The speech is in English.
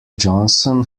johnson